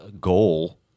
goal